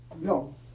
No